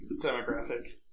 demographic